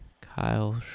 Kyle